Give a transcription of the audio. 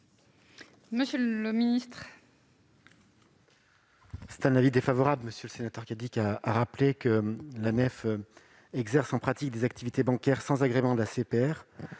monsieur le ministre,